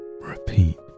repeat